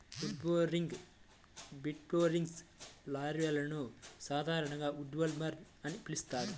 wood boring బీటిల్స్లో లార్వాలను సాధారణంగా ఉడ్వార్మ్ అని పిలుస్తారు